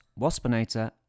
Waspinator